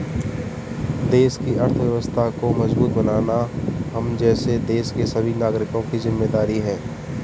देश की अर्थव्यवस्था को मजबूत बनाना हम जैसे देश के सभी नागरिकों की जिम्मेदारी है